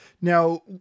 Now